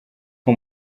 nko